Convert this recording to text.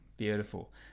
beautiful